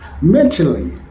Mentally